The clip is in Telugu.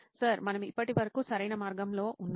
సర్ మనము ఇప్పటి వరకు సరైన మార్గంలో ఉన్నామా